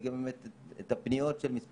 את אומרת שמשרד הבריאות דיווח לוועדה